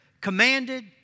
commanded